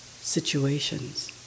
situations